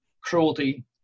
cruelty